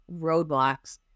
roadblocks